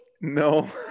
No